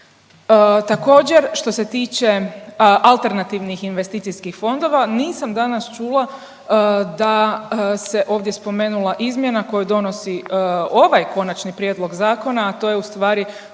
Također što se tiče AIF-ova nisam danas čula da se ovdje spomenula izmjena koju donosi ovaj Konačni prijedlog zakona, a to je ustvari